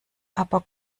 aber